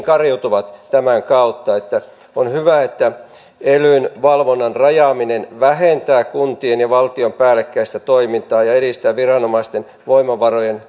kariutuvat tämän kautta eli on hyvä että elyn valvonnan rajaaminen vähentää kuntien ja valtion päällekkäistä toimintaa ja edistää viranomaisten voimavarojen